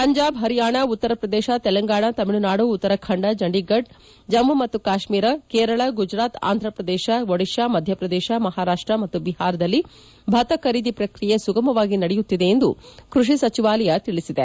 ಪಂಜಾಬ್ ಹರಿಯಾಣ ಉತ್ತರ ಪ್ರದೇಶ ತೆಲಂಗಾಣ ತಮಿಳುನಾಡು ಉತ್ತರಾಖಂಡ ಚಂಡಿಗಢ ಜಮ್ನು ಮತ್ತು ಕಾಶ್ನೀರ ಕೇರಳ ಗುಜರಾತ್ ಆಂಧ್ರಪ್ರದೇಶ ಮಧ್ವಪ್ರದೇಶ ಮಹಾರಾಷ್ಟ ಮತ್ತು ಬಿಹಾರದಲ್ಲಿ ಭತ್ತ ಖರೀದಿ ಪ್ರಕ್ರಿಯೆ ಸುಗಮವಾಗಿ ನಡೆಯುತ್ತಿದೆ ಎಂದು ಕೃಷಿ ಸಚಿವಾಲಯ ತಿಳಿಸಿದೆ